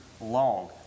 long